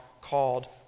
called